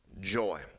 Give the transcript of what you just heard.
joy